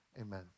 Amen